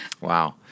Wow